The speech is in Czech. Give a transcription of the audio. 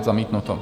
Zamítnuto.